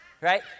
Right